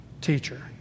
Teacher